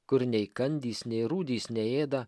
kur nei kandys nei rūdys neėda